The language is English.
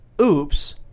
oops